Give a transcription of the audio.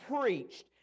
preached